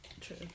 True